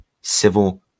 civil